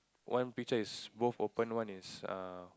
one picture is both open one is err